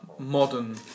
Modern